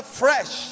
fresh